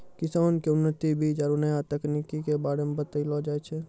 किसान क उन्नत बीज आरु नया तकनीक कॅ बारे मे बतैलो जाय छै